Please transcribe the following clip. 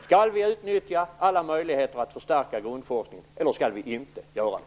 Skall vi utnyttja alla möjligheter att förstärka grundforskningen, eller skall vi inte göra det?